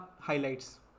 highlights